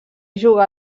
jugà